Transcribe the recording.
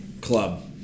club